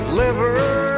liver